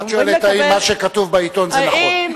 את שואלת האם מה שכתוב בעיתון זה נכון.